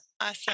Awesome